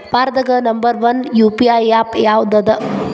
ಭಾರತದಾಗ number one UPI app ಯಾವದದ